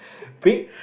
pick